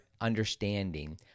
understanding